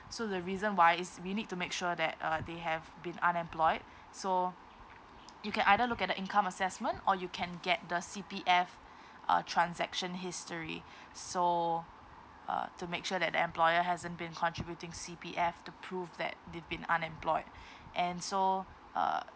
so the reason why is we need to make sure that uh they have been unemployed so you can either look at the income assessment or you can get the C_P_F uh transaction history so uh to make sure that the employer hasn't been contributing C_P_F to prove that they've been unemployed and so uh